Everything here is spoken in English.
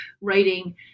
writing